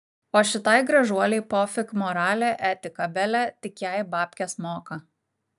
o šitai gražuolei pofik moralė etika bele tik jai babkes moka